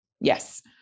Yes